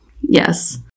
Yes